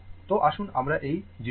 তো আসুন আমরা এই জিনিসে যাই